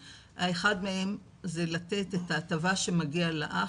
מהם זה לתת את ההטבה שמגיעה לאח,